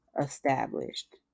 established